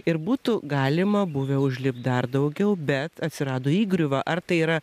ir būtų galima buvę užlipdyti dar daugiau bet atsirado įgriuva ar tai yra